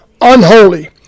unholy